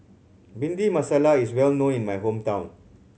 Bhindi Masala is well known in my hometown